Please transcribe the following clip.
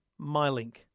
MyLink